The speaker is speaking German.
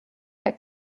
der